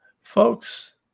Folks